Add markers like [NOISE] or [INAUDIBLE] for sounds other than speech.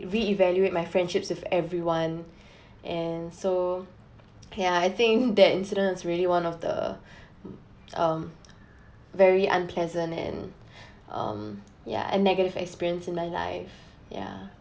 reevaluate my friendships with everyone [BREATH] and so yeah I think that incident is really one of the [BREATH] mm um very unpleasant and [BREATH] um yeah and negative experience in my life yeah